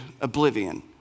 oblivion